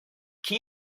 can